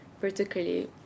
particularly